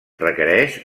requereix